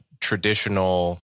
traditional